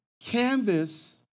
canvas